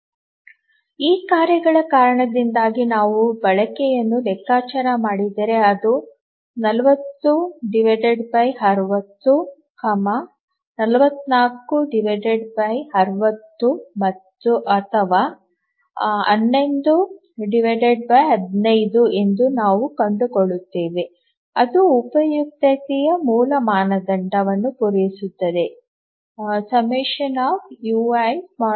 3 ಕಾರ್ಯಗಳ ಕಾರಣದಿಂದಾಗಿ ನಾವು ಬಳಕೆಯನ್ನು ಲೆಕ್ಕಾಚಾರ ಮಾಡಿದರೆ ಅದು 4060 4460 ಅಥವಾ 1115 ಎಂದು ನಾವು ಕಂಡುಕೊಂಡಿದ್ದೇವೆ ಅದು ಉಪಯುಕ್ತತೆಯ ಮೂಲ ಮಾನದಂಡವನ್ನು ಪೂರೈಸುತ್ತದೆ ∑ui≤1